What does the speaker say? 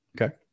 Okay